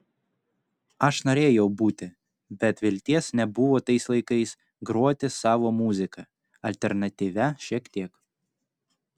aš norėjau būti bet vilties nebuvo tais laikais groti savo muziką alternatyvią šiek tiek